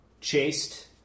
chased